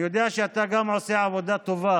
אני יודע שאתה גם עושה עבודה טובה